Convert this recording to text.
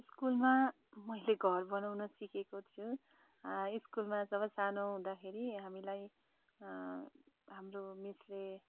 स्कुलमा मैले घर बनाउन सिकेको छु स्कुलमा जब सानो हुँदाखेरि हामीलाई हाम्रो मिसले